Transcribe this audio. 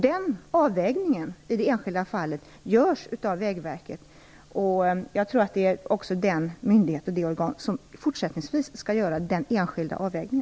Den avvägningen i det enskilda fallet görs av Vägverket. Jag tror också att det är den myndighet som fortsättningsvis skall göra denna enskilda avvägning.